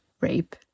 rape